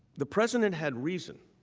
the president had reason